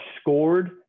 scored